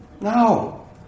No